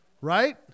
right